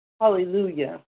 Hallelujah